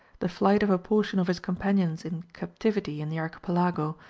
the flight of a portion of his companions in captivity in the archipelago,